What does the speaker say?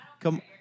Come